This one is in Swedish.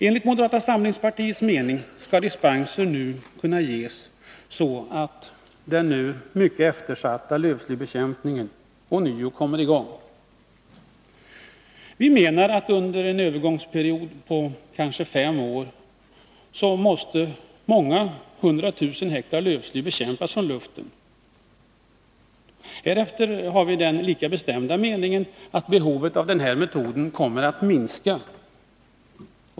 Enligt moderata samlingspartiets mening skall dispenser nu kunna ges så att den mycket eftersatta lövslybekämpningen ånyo kommer i gång. Vi menar att under en övergångsperiod på ca fem år måste många hundra tusen hektar lövsly bekämpas från luften. Härefter har vi den lika bestämda meningen att det årliga behovet av denna metod kommer att minska.